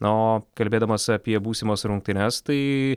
na o kalbėdamas apie būsimas rungtynes tai